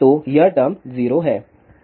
तो यह टर्म 0 है